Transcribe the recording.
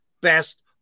best